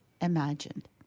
imagined